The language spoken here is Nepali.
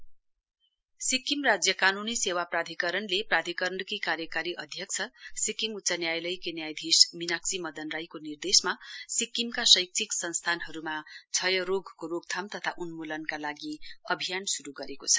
टिबी इराडिकेशन सिक्किम राज्य कानुनी सेवा प्राधिकरणले प्राधिकरणकी कार्यकारी अध्यक्ष सिक्किम उच्च न्यायालयकी न्यायाधीश मिनाक्षी मदन रीको निर्देशमा सिक्किमका शैक्षिक संस्थानहरूमा क्षयरोगको रोकथाम तथा उन्मूलनका लागि अभियान श्रू गरेको छ